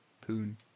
Poon